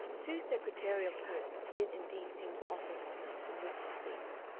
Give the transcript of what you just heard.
two secretarial posts did indeed seem to offer themselves in which, at least,